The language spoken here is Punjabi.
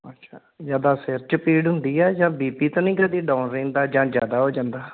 ਅੱਛਾ ਜ਼ਿਆਦਾ ਸਿਰ 'ਚ ਪੀੜ ਹੁੰਦੀ ਹੈ ਜਾਂ ਬੀ ਪੀ ਤਾਂ ਨਹੀਂ ਕਦੇ ਡਾਊਨ ਰਹਿੰਦਾ ਜਾਂ ਜ਼ਿਆਦਾ ਹੋ ਜਾਂਦਾ